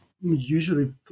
usually